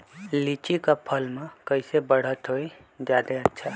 लिचि क फल म कईसे बढ़त होई जादे अच्छा?